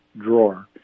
drawer